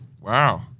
Wow